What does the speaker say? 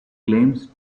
claims